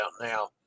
Now